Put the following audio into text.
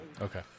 Okay